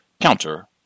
counter